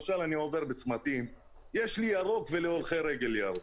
אני עובר בצמתים ואני רואה שלי יש אור ירוק וגם להולכי רגל יש אור ירוק.